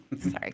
sorry